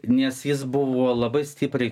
nes jis buvo labai stipriai